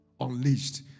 unleashed